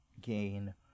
gain